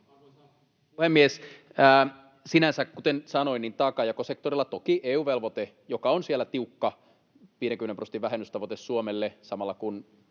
puhemies! Sinänsä, kuten sanoin, taakanjakosektorilla toki EU-velvoite, joka on siellä tiukka — 50 prosentin vähennystavoite Suomelle samalla kun